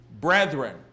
brethren